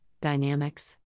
Dynamics